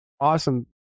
awesome